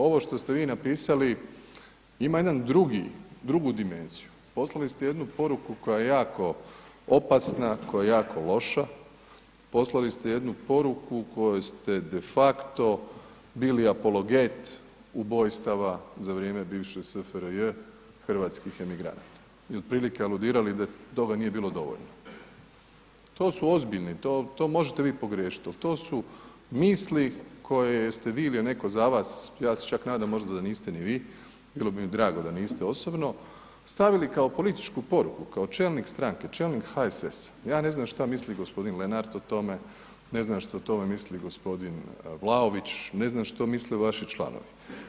Ovo što ste vi napisali, ima jedan drugi, drugu dimenziju, poslali ste jednu poruku koja je jako opasna, koja je jako loša, poslali ste jednu poruku kojoj ste defakto bili apologet ubojstava za vrijeme bivše SFRJ hrvatskih emigranata i otprilike aludirali da toga nije bilo dovoljno, to su ozbiljni, to, to možete vi pogriješit, al to su misli koje ste vi ili je neko za vas, ja se čak nadam možda da niste ni vi, bilo bi mi drago da niste osobno, stavili kao političku poruku kao čelnik stranke, čelnik HSS-a, ja ne znam šta misli g. Lenart o tome, ne znam što o tome misli g. Vlaović, ne znam što misle vaši članovi.